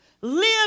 live